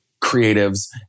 creatives